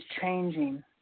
changing